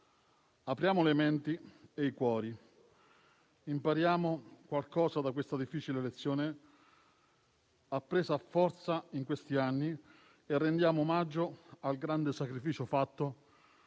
Apriamo le menti e i cuori; impariamo qualcosa da questa difficile lezione, appresa a forza negli ultimi anni, e rendiamo omaggio al grande sacrificio fatto